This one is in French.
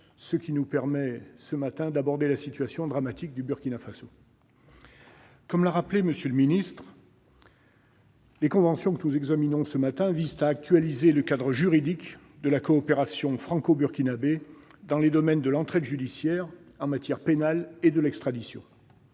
ce qui nous permet d'aborder la situation dramatique du Burkina Faso. Comme l'a rappelé M. le secrétaire d'État, les conventions que nous examinons ce matin visent à actualiser le cadre juridique de la coopération franco-burkinabée dans les domaines de l'entraide judiciaire en matière pénale et d'extradition.